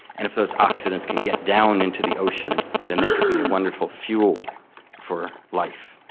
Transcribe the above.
and if those oxidants can get down into the ocean then they could be a wonderful fuel for life.